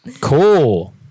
cool